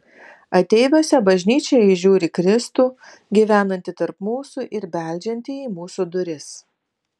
ateiviuose bažnyčia įžiūri kristų gyvenantį tarp mūsų ir beldžiantį į mūsų duris